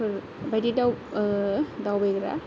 फोरबायदि दावबायग्रा